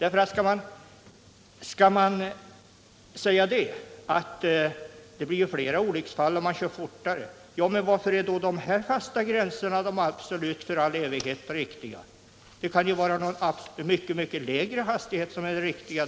Om det blir fler olycksfall ju fortare man kör, varför är då just de gränser som nu gäller de för all evighet riktiga?